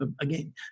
Again